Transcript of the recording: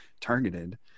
targeted